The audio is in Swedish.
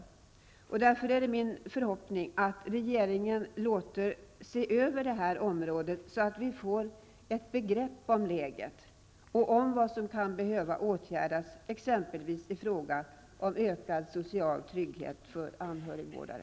Det är därför min förhoppning att regeringen låter se över området, så att vi får ett begrepp om läget och om vad som kan behöva åtgärdas exempelvis i fråga om ökad social trygghet för anhörigvårdare.